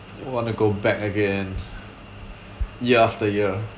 want to go back again year after year